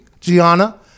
Gianna